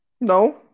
No